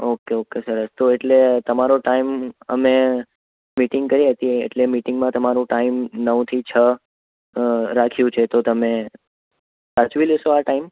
okay okay sir તો એટલે તમારો ટાઈમ અમે મીટીંગ કરી હતી એટલે મિટિંગમાં તમારું ટાઈમ નવ થી છ રાખ્યું છે તો તમે સાચવી લેશો આ ટાઈમ